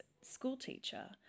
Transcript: schoolteacher